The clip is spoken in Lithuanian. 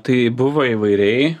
tai buvo įvairiai